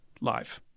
live